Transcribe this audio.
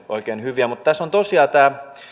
oikein hyviä mutta tässä on tosiaan